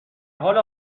حال